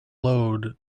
load